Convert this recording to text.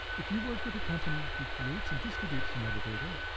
if you work with a company who creates and distributes your metadata,